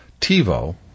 TiVo